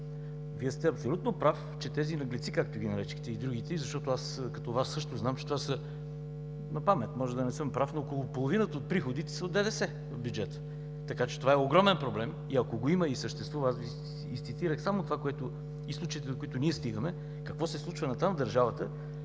Вие сте абсолютно прав, че тези „наглеци“, както ги нарекохте, и другите и защото, аз като Вас също знам, че това са, по памет, може да не съм прав, но около половината от приходите са от ДДС в бюджета, така че това е огромен проблем и, ако го има и съществува, аз Ви изцитирах само това, което… и случаите, до които ние стигаме, какво се случва натам в държавата,